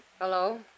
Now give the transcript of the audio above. Hello